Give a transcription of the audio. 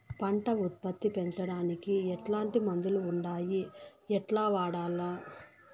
పంట ఉత్పత్తి పెంచడానికి ఎట్లాంటి మందులు ఉండాయి ఎట్లా వాడల్ల?